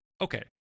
okay